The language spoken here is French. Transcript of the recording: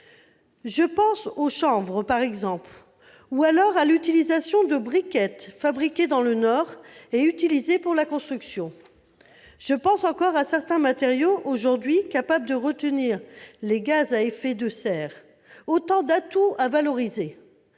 Je pense au chanvre, par exemple, ou alors à l'utilisation de briquettes, fabriquées dans le Nord et utilisées pour la construction. Je pense encore à certains matériaux capables de retenir les gaz à effet de serre : autant d'atouts à valoriser.